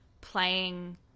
playing